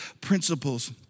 principles